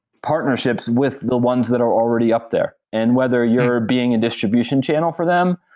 partnerships with the ones that are already up there. and whether you are being a distribution channel for them,